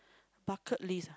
bucket list